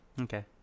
Okay